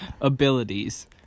abilities